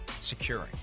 securing